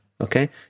Okay